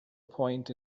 point